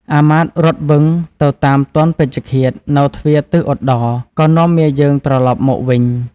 អាមាត្យរត់វឹងទៅតាមទាន់ពេជ្ឈឃាតនៅទ្វារទិសឧត្តរក៏នាំមាយើងត្រឡប់មកវិញ។